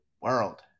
world